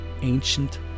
ancient